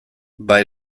bei